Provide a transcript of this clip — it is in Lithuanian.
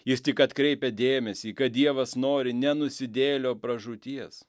jis tik atkreipia dėmesį kad dievas nori ne nusidėjėlio pražūties